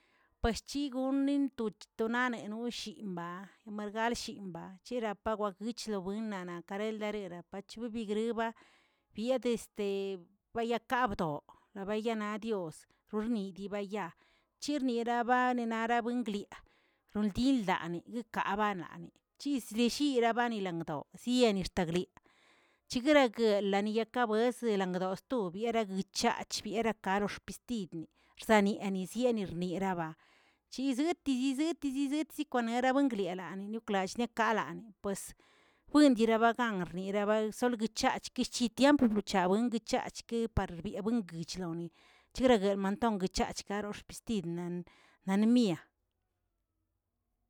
Pueschigonneꞌe tuch tonale nonꞌ chiꞌmba pargale shimbaꞌa chira apagowich winnaꞌnaꞌ kareli rapachbibigꞌə biade este bayakabdoꞌ naaꞌbayanadios, rorni dii bayaa chirnii raba nara buingyaa dildaani yikababani chisdillilibani' langdoꞌo yenixtagliꞌ chigregləlaa yekaboese gdon stobi yeguichach yerakadox bestidni, aniani enizieꞌe yirnieraꞌaba chizeti chizeti chizetzikwanerebaangliani klallkalani, pues fundibierargan guerasolwichaꞌa guichi tiempo guchaa unguichachki para' rienbui guichloni, chiregueꞌlmanton chaxkarospichyidnan nanemia.